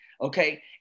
okay